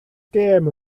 gêm